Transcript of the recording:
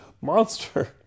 monster